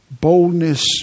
boldness